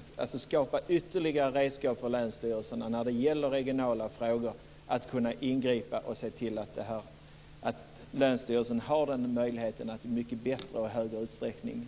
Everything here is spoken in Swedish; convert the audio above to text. Jag vill alltså att det skapas ytterligare redskap för länsstyrelserna att ingripa i regionala frågor. Länsstyrelserna ska ha möjlighet att i mycket större utsträckning